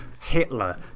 Hitler